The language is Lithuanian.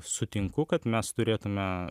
sutinku kad mes turėtume